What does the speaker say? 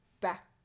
back